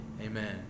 amen